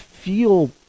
feel